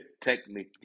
technically